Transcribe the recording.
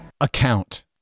account